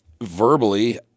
verbally